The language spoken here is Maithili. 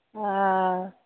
आ